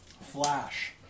Flash